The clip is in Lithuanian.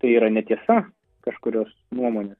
tai yra netiesa kažkurios nuomonės